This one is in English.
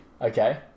Okay